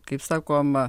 kaip sakoma